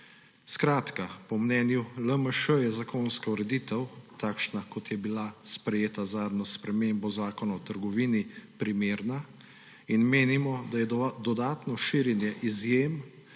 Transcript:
tam je. Po mnenju LMŠ je zakonska ureditev, takšna kot je bila sprejeta z zadnjo spremembo Zakona o trgovini, primerna in menimo, da je dodatno širjenje izjem